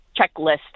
checklist